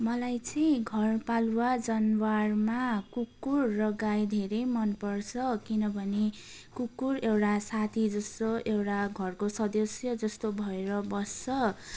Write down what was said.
मलाई चाहिँ घरपालुवा जनावरमा कुकुर र गाई धेरै मनपर्छ किनभने कुकुर एउटा साथीजस्तो एउटा घरको सदस्यजस्तो भएर बस्छ